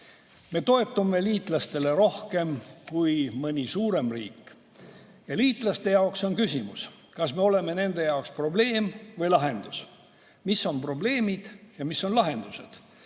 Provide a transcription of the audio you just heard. Me toetume liitlastele rohkem kui mõni suurem riik. Liitlaste jaoks on küsimus, kas me oleme nende jaoks probleem või lahendus. Mis on probleemid ja mis on lahendused?